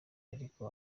ariko